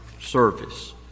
service